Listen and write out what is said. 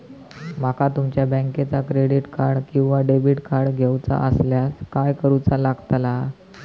माका तुमच्या बँकेचा क्रेडिट कार्ड किंवा डेबिट कार्ड घेऊचा असल्यास काय करूचा लागताला?